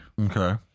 Okay